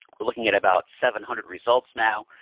are looking at about seven hundred results now.